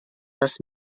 das